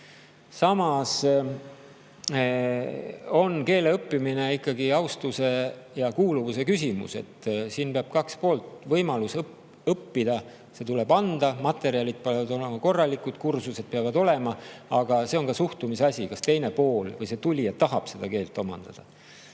Samas on keele õppimine ikkagi austuse ja kuuluvuse küsimus. Siin on kaks poolt: võimalus õppida tuleb anda, materjalid peavad olema korralikud, kursused peavad olema, aga see on ka suhtumise asi, kas teine pool või see tulija tahab seda keelt omandada.